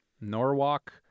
Norwalk